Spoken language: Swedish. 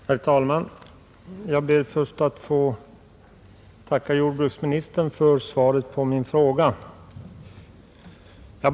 Herr talman! Jag ber först att få tacka jordbruksministern för svaret på min fråga.